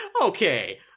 okay